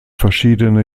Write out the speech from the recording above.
verschiedene